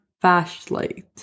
flashlight